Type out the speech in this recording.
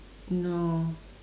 no